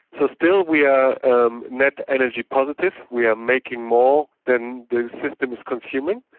so still we are um net energy positive, we are making more than the system is consuming.